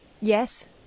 Yes